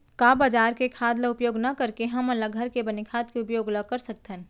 का बजार के खाद ला उपयोग न करके हमन ल घर के बने खाद के उपयोग ल कर सकथन?